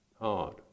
hard